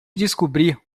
descobrir